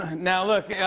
ah now, look. yeah